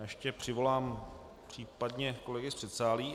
Ještě přivolám případně kolegy z předsálí.